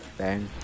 bang